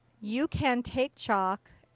you can take chalk,